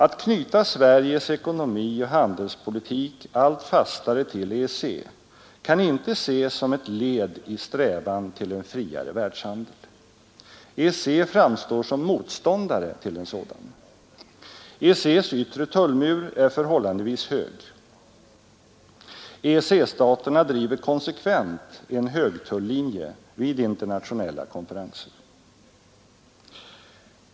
Att knyta Sveriges ekonomi och handelspolitik allt fastare till EEC kan inte ses som ett led i strävan till en friare världshandel. EEC framstår som motståndare till en sådan. EEC:s yttre tullmur är förhållandevis hög. EEC-staterna driver konsekvent en högtullinje vid internationella konferenser.